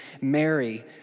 Mary